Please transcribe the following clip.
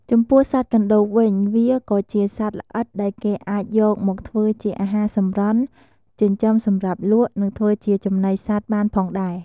ចំពោះសត្វកណ្តូបវិញ វាក៏ជាសត្វល្អិតដែលគេអាចយកមកធ្វើជាអាហារសម្រន់ ចិញ្ចឹមសម្រាប់លក់ និងធ្វើជាចំណីសត្វបានផងដែរ។